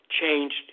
changed